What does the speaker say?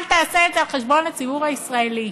אל תעשה את זה על חשבון הציבור הישראלי.